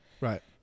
Right